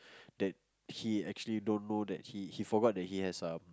that he actually don't know that he he forgot that he has a